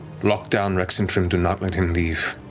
lock down rexxentrum, do not let him leave.